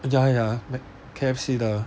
ya ya mac~ K_F_C 的